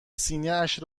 سینهاش